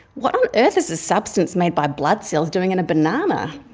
what on earth is a substance made by blood cells doing in a banana?